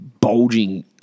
bulging